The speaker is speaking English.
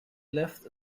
left